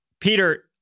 Peter